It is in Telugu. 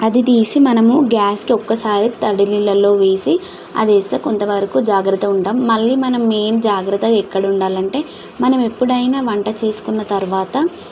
అది తీసి మనము గ్యాస్కి ఒక్కసారి తడి నీళ్లలో వేసి అది వేస్తే కొంత వరకు జాగ్రత్తగా ఉండటం మళ్ళీ మనం మెయిన్ జాగ్రత్త ఎక్కడ ఉండాలంటే మనం ఎప్పుడైనా వంట చేసుకున్న తర్వాత